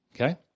Okay